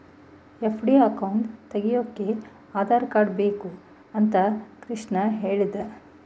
FD account ತೆಗೆಯೋಕೆ Aadhaar card ಬೇಕು ಅಂತ ಕೃಷ್ಣ ಕೇಳ್ದ